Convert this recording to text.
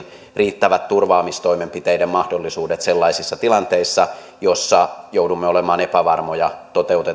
riittävät turvaamistoimenpiteiden mahdollisuudet sellaisissa tilanteissa joissa joudumme olemaan epävarmoja toteutetaanko tehdyt